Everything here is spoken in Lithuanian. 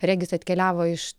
regis atkeliavo iš